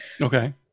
okay